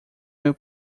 meu